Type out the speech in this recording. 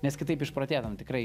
nes kitaip išprotėtum tikrai